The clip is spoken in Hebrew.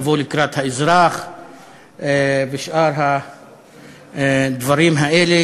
לבוא לקראת האזרח ושאר הדברים האלה,